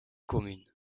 communes